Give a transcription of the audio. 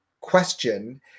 question